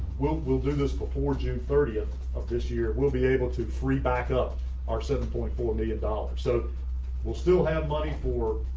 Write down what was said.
will will do this before june thirty of of this year. we'll be able to free back up our seven point four million dollars. so we'll still have money for